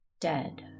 dead